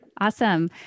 Awesome